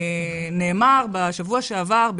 נאמר בשבוע שעבר,